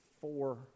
four